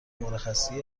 مرخصی